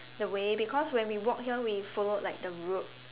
the way because when we walked here we followed like the road